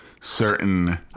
certain